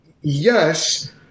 yes